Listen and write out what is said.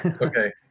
Okay